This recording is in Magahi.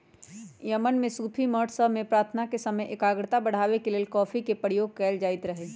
यमन में सूफी मठ सभ में प्रार्थना के समय एकाग्रता बढ़ाबे के लेल कॉफी के प्रयोग कएल जाइत रहै